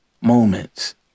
moments